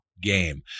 game